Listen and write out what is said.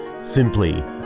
simply